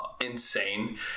Insane